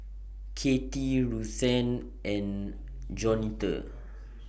Katie Ruthanne and Jaunita